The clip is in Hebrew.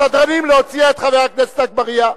הסדרנים, להוציא את חבר הכנסת אגבאריה.